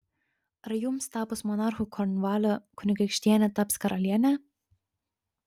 ar jums tapus monarchu kornvalio kunigaikštienė taps karaliene